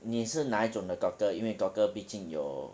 你是哪一种的 doctor 因为 doctor 毕竟有